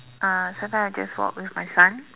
uh sometimes I just walk with my son